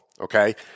okay